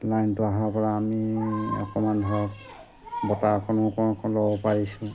লাইনটো অহাৰ পৰা আমি অকণমান ধৰক বতাহকণো অলপ ল'ব পাৰিছোঁ